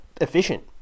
efficient